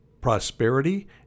prosperity